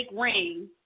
ring